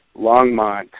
Longmont